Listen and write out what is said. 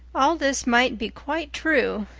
all this might be quite true,